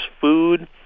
food